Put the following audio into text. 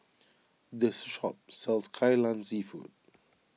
this shop sells Kai Lan Seafood